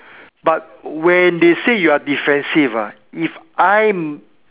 but when they say you are defensive ah if I'm